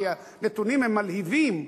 כי הנתונים הם מלהיבים,